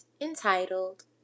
entitled